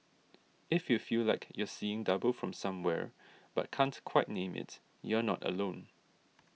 if you feel like you're seeing double from somewhere but can't quite name it you're not alone